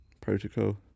protocol